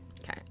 Okay